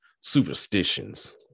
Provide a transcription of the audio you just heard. superstitions